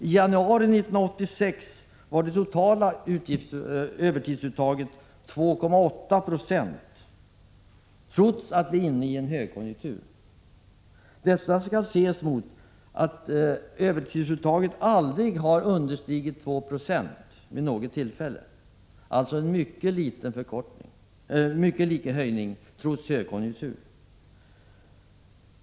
I januari 1986 var det totala övertidsuttaget 2,8 0 trots att vi är inne i en högkonjunktur. Detta skall ses mot att övertidsuttaget aldrig vid något tillfälle har understigit 2 90 — alltså en mycket liten höjning, trots högkonjunkturen.